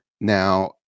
Now